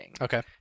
Okay